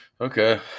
Okay